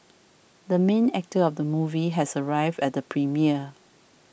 the main actor of the movie has arrived at the premiere